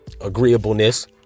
agreeableness